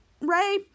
Ray